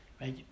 Right